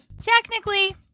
Technically